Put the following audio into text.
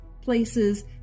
places